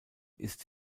ist